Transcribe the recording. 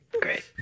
Great